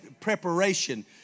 Preparation